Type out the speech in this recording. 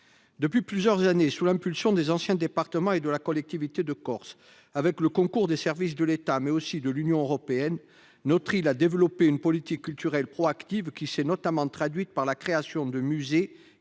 Depuis plusieurs années, sous l'impulsion des anciens départements et de la collectivité de Corse, avec le concours des services de l'État, mais aussi de l'Union européenne, notre île a développé une politique culturelle proactive, qui s'est notamment traduite par la création de musées